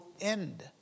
end